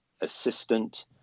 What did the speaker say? assistant